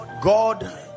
God